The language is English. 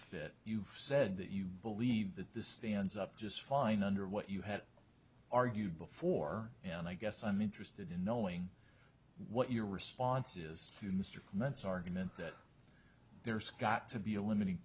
fit you've said that you believe that the stands up just fine under what you had argued before and i guess i'm interested in knowing what your response is to mr mintz argument that there's got to be a limit